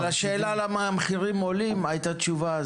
על השאלה למה המחירים עולים הייתה תשובה,